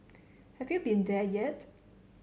have you been there yet